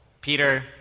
Peter